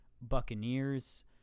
Buccaneers